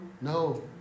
No